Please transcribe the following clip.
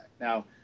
Now